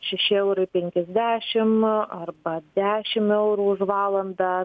šeši eurai penkiasdešim arba dešim eurų už valandą